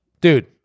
Dude